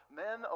men